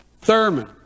Thurman